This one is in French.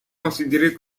considérées